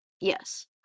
Yes